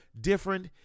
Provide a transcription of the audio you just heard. different